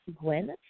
Gwen